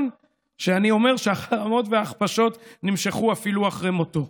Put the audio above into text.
שאני אומר שהחרמות וההכפשות נמשכו אפילו אחרי מותו.